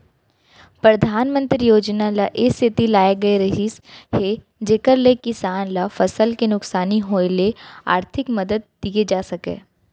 परधानमंतरी योजना ल ए सेती लाए गए रहिस हे जेकर ले किसान ल फसल के नुकसानी होय ले आरथिक मदद दिये जा सकय